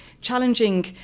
challenging